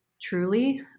truly